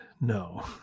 No